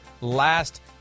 last